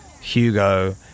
Hugo